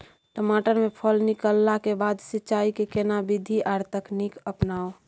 टमाटर में फल निकलला के बाद सिंचाई के केना विधी आर तकनीक अपनाऊ?